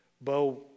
Bo